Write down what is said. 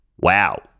Wow